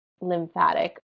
lymphatic